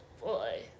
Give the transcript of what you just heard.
Boy